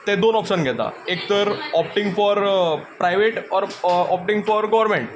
ते दोन ऑप्शन घेता एक तर opting for private or opting for government